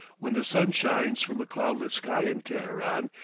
when the sun shines from a cloudless sky in teheran,